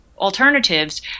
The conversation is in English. alternatives